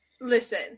listen